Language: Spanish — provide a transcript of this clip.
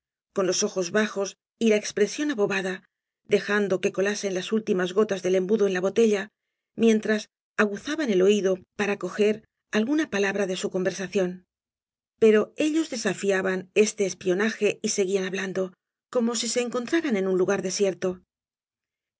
con los ojos bajos y la ex presión abobada dejando que colasen las últimas gotas del embudo en la botella mientras aguza ban el oído para coger alguna palabra de su congañas y barro verbación pero ellos desafiaban este espionaje y seguían hablando como sí se encontraran en im lugar desierto